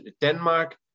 Denmark